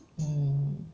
mm